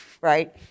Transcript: Right